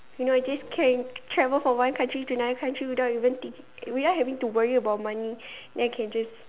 you know just can travel from one country to another country without even thinking without having to worry about money then I can just